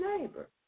neighbor